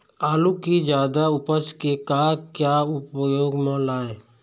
आलू कि जादा उपज के का क्या उपयोग म लाए?